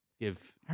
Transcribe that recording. give